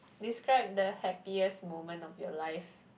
describe the happiest moment of your life